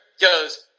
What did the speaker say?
goes